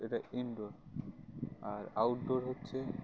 এটা ইনডোর আর আউটডোর হচ্ছে